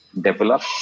develop